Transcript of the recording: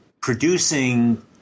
producing